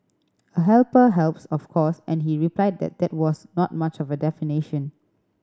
a helper helps of course and he replied that that was not much of a definition